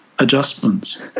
adjustments